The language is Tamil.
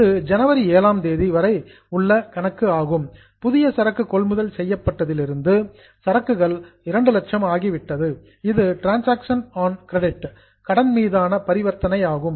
இது ஜனவரி 7 ம் தேதி வரை உள்ள கணக்கு ஆகும் புதிய சரக்கு கொள்முதல் செய்யப்பட்டதிலிருந்து சரக்குகள் 200000 ஆகிவிட்டது இது டிரன்சாக்சன் ஆன் கிரெடிட் கடன் மீதான பரிவர்த்தனை ஆகும்